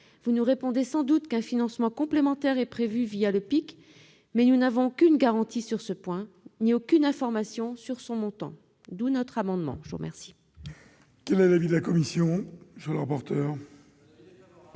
Vous nous répondrez sans doute qu'un financement complémentaire est prévu le PIC, mais nous n'avons aucune garantie sur ce point ni aucune information sur son montant. D'où notre amendement. Quel